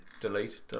delete